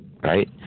Right